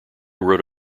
wrote